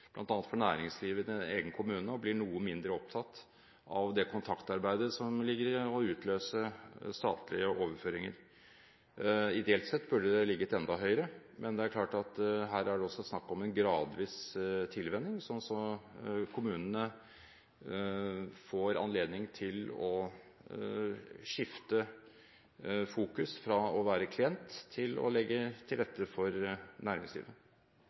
bl.a. for næringslivet i din egen kommune, og bli noe mindre opptatt av det kontaktarbeidet som ligger i å utløse statlige overføringer. Ideelt sett burde det ligget enda høyere, men det er klart at her er det også snakk om en gradvis tilvenning, så kommunene får anledning til å skifte fokus fra å være klient til å legge til rette for næringslivet.